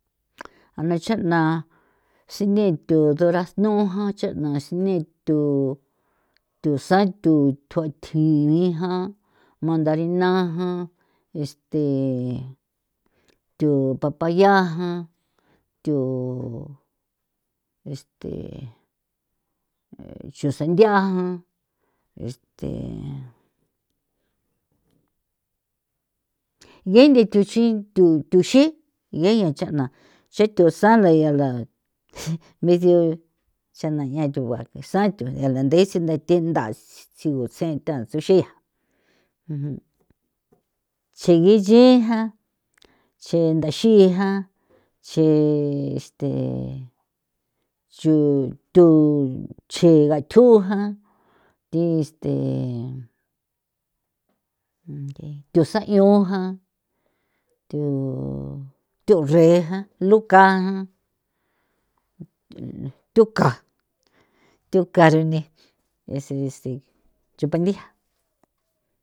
A na cha'na sine thu duraznu jan cha'na sine thu thusan thu thuatjini jan mandarina jan este thu papaya jan, thu este chu sandia jan, este nge nthi tuchjuin thuxi ngeya chana cha thunsa la yala besiu cha'na jian thu uva ngesaa thu yala nthe sinthate ntha tjsi'o tse'e tha tsuse yaa tsigixi jan, chi ndaxi jan chi este cho thu chega tho jan, thi este thusan'io ujan thu thure jan, luka jan, thuka rune ese ese chunpandi ja.